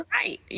right